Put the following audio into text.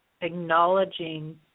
acknowledging